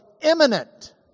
imminent